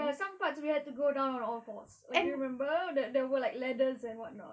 ya some parts we had to go down on all four do you remember there were like ladders and whatnot